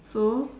so